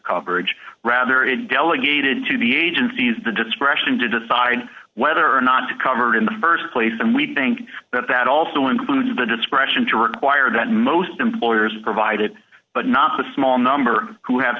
coverage rather is delegated to the agencies the discretion to decide whether or not to convert in the st place and we think that that also includes the discretion to require that most employers provide it but not the small number who have